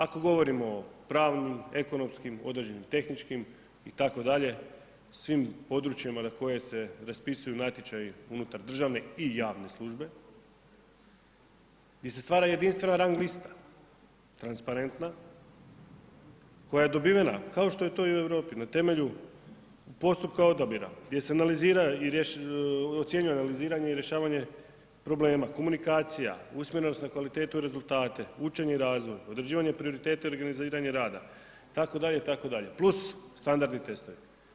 Ako govorimo o pravnim, ekonomskim, određenim tehničkim itd., u svim područjima na koje se raspisuju natječaji unutar državne i javne službe gdje se stvara jedinstvena rang lista, transparentna, koja je dobivena, kao što je to i u Europi, na temelju postupka odabira gdje se ocjenjuje analiziranje i rješavanje problema, komunikacija, usmenost na kvalitetu i rezultate, učenje i razvoj, određivanje prioriteta i organiziranje rada, itd. itd. + standardni testovi.